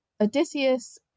odysseus